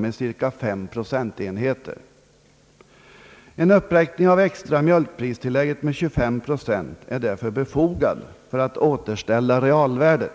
med cirka 5 procentenheter. En uppräkning av det extra mjölkpristillägget med 25 procent är därför befogad för att återställa realvärdet.